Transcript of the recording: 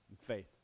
faith